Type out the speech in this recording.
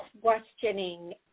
questioning